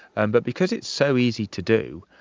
and but because it's so easy to do,